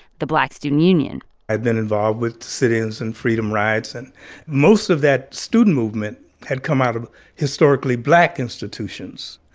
the black student union i'd been involved with the sit-ins and freedom rides. and most of that student movement had come out of historically black institutions.